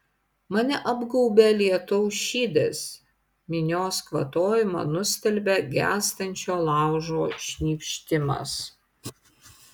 mane apgaubia lietaus šydas minios kvatojimą nustelbia gęstančio laužo šnypštimas